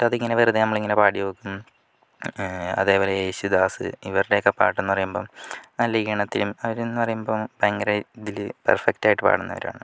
എന്നിട്ട് അതിങ്ങനെ വെറുതെ നമ്മൾ ഇങ്ങനെ പാടി നോക്കും അതേപോലെ യേശുദാസ് ഇവരുടെയൊക്കെ പാട്ടെന്നു പറയുമ്പം നല്ല ഈണത്തിലും അവരെന്ന് പറയുമ്പോൾ ഭയങ്കര ഇതിൽ പെർഫെക്ട് ആയിട്ട് പാടുന്നവരാണ്